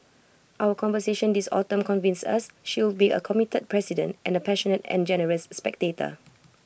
our conversations this autumn convince us she will be A committed president and A passionate and generous spectator